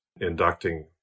inducting